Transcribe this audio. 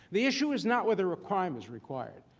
the issue is not whether a crime is required,